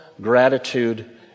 gratitude